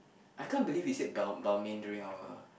I can't believe he said Bal~ Balmain during our